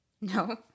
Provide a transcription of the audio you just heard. No